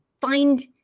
find